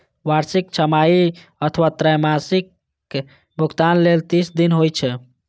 वार्षिक, छमाही अथवा त्रैमासिक भुगतान लेल तीस दिन होइ छै